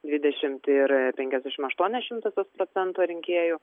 dvidešimt ir penkiasdešimt aštuonios šimtosios procento rinkėjų